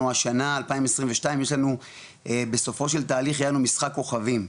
השנה 2022 יש לנו בסופו של תהליך היה לנו משחק כוכבים,